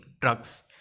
drugs